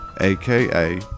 aka